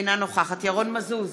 אינה נוכחת ירון מזוז,